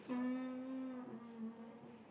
um um